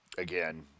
Again